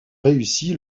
réussi